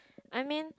I mean